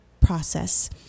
process